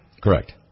Correct